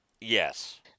Yes